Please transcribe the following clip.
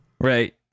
Right